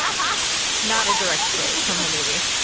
um ah not a direct quote from the movie